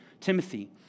Timothy